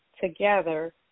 Together